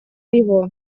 его